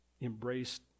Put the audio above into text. embraced